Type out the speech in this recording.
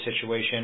situation